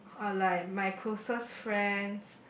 or like my closet friends